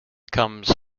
comes